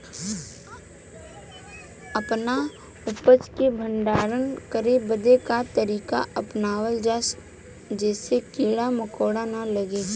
अपना उपज क भंडारन करे बदे का तरीका अपनावल जा जेसे कीड़ा मकोड़ा न लगें?